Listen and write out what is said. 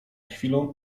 chwilą